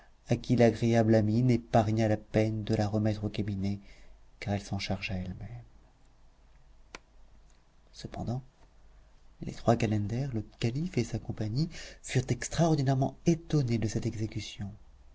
à qui l'agréable amine épargna la peine de la remettre au cabinet car elle s'en chargea elle-même cependant les trois calenders le calife et sa compagnie furent extraordinairement étonnés de cette exécution